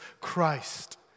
Christ